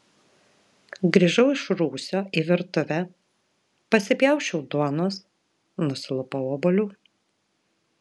grįžau iš rūsio į virtuvę pasipjausčiau duonos nusilupau obuolių